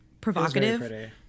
provocative